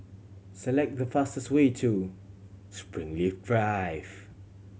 select the fastest way to Springleaf Drive